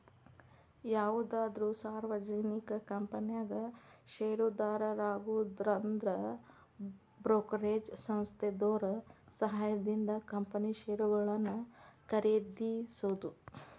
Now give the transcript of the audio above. ಯಾವುದಾದ್ರು ಸಾರ್ವಜನಿಕ ಕಂಪನ್ಯಾಗ ಷೇರುದಾರರಾಗುದಂದ್ರ ಬ್ರೋಕರೇಜ್ ಸಂಸ್ಥೆದೋರ್ ಸಹಾಯದಿಂದ ಕಂಪನಿ ಷೇರುಗಳನ್ನ ಖರೇದಿಸೋದು